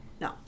No